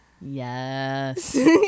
Yes